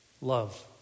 love